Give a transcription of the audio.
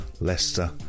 Leicester